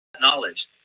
knowledge